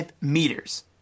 meters